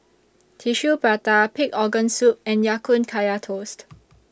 Tissue Prata Pig Organ Soup and Ya Kun Kaya Toast